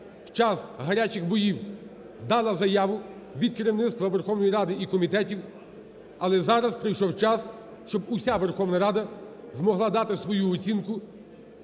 в час гарячих боїв дала заяву від керівництва Верховної Ради і комітетів, але зараз прийшов час, що уся Верховна Рада змогла дати свою оцінку